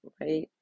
right